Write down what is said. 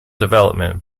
development